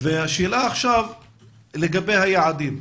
יש שאלה לגבי היעדים,